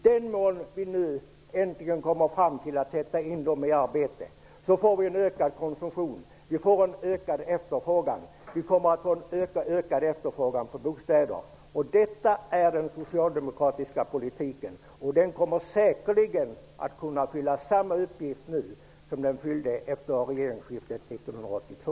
Om vi nu äntligen kommer fram till att sätta in dem i arbete blir det en ökad konsumtion och en ökad efterfrågan på bostäder. Detta är den socialdemokratiska politiken. Den kommer säkerligen att kunna fylla samma uppgift nu som den fyllde efter regeringsskiftet 1982.